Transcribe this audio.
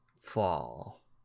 fall